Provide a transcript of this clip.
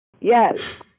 Yes